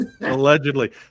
Allegedly